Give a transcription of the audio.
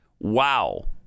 wow